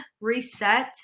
reset